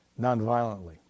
nonviolently